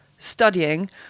Studying